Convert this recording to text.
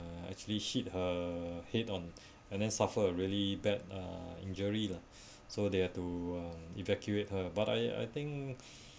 uh actually hit her head on and then suffer a really bad uh injury lah so they had to uh evacuate her but I I think